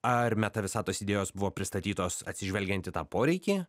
ar meta visatos idėjos buvo pristatytos atsižvelgiant į tą poreikį